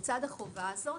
לצד החובה הזאת,